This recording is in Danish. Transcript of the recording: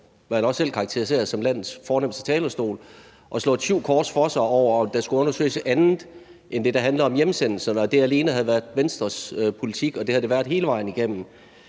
som han også selv karakteriserede som landets fornemste talerstol, og slået syv kors for sig over, om der skulle undersøges andet end det, der handlede om hjemsendelserne, og at det alene havde været Venstres politik, og at det havde det været hele vejen igennem.